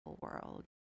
world